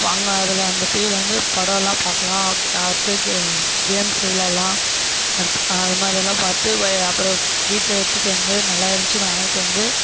அங்கே அதில் அந்த டிவியில் வந்து படம் எல்லாம் பார்க்கலாம் அடுத்து கேம்ஸ் விளாடலாம் அது மாதிரிலாம் பார்த்து அப்பறம் வீட்டில் எடுத்துகிட்டு வந்து நல்லாயிருந்துச்சின்னு வாங்கிகிட்டு வந்து